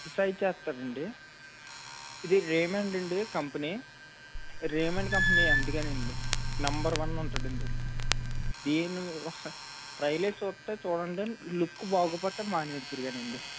size చేస్తాడు అండి ఇది రేమండ్ అండి కంపెనీ రేమండ్ కంపెనీ అందుకే అండి నెంబర్ వన్ ఉంటుంది అండి దీన్ని ట్రయిల్ వేసి చూస్తే చూడండి లుక్ బాగోకపోతే మనేద్దురుగానండి